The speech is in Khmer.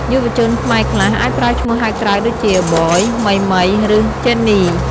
យុវជនខ្មែរខ្លះអាចប្រើឈ្មោះហៅក្រៅដូចជា “Boy”, “Mei mei”, ឬ “Jenny”។